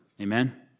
Amen